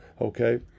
okay